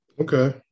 Okay